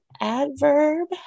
Adverb